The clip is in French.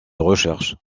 recherches